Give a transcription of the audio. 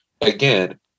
again